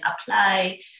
apply